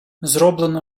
зроблено